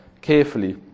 carefully